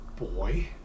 boy